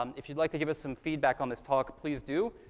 um if you'd like to give us some feedback on this talk, please do.